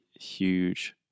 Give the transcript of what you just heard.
huge